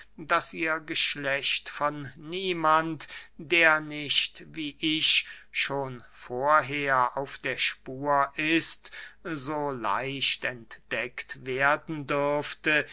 daß ihr geschlecht von niemand der nicht wie ich schon vorher auf der spur ist so leicht entdeckt werden dürfte